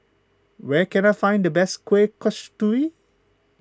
where can I find the best Kueh Kasturi